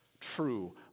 true